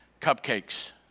cupcakes